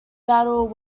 battle